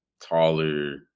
taller